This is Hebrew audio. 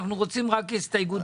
אנחנו רוצים רק הסתייגות אחת.